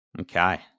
Okay